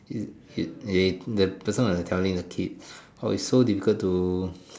you you they the person was like telling the kids oh it's so difficult to